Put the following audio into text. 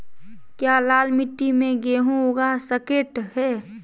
क्या लाल मिट्टी में गेंहु उगा स्केट है?